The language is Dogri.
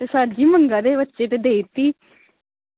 ते सर जी मंग्गा दे हे बच्चे देई ओड़ी